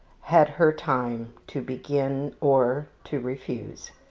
had her time to begin or to refuse,